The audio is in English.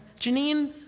Janine